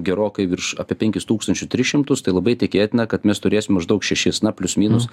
gerokai virš apie penkis tūkstančius tris šimtus tai labai tikėtina kad mes turėsim maždau šešis na plius minus